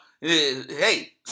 hey